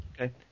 Okay